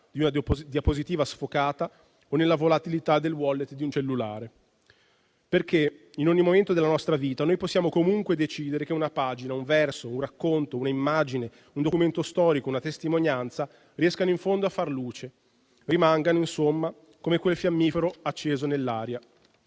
di una diapositiva sfocata o nella volatilità del *wallet* di un cellulare. In ogni momento della nostra vita noi possiamo comunque decidere che una pagina, un verso, un racconto, un'immagine, un documento storico, una testimonianza riescano in fondo a far luce, rimangano insomma come quel fiammifero acceso nell'aria,